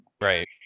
Right